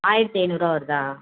ஆயிரத்தி ஐநூறுரூவா வருதா